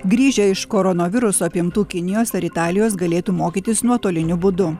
grįžę iš koronaviruso apimtų kinijos ar italijos galėtų mokytis nuotoliniu būdu